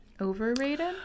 Overrated